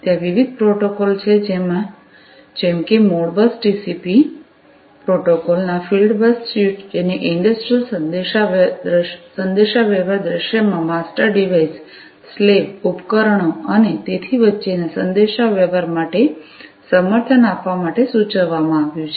ત્યાં વિવિધ પ્રોટોકોલો છે જેમ કે મોડબસ ટીસીપીModbus ટીસીપી પ્રોટોકોલના ફીલ્ડબસ સ્યુટ જેને ઇંડસ્ટ્રિયલ સંદેશાવ્યવહાર દૃશ્યમાં માસ્ટર ડિવાઇસેસ સ્લેવ ઉપકરણો અને તેથી વચ્ચેના સંદેશાવ્યવહાર માટે સમર્થન આપવા માટે સૂચવવામાં આવ્યું છે